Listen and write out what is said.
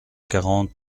quarante